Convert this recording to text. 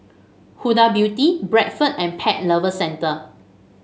Huda Beauty Bradford and Pet Lovers Centre